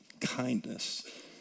kindness